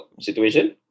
situation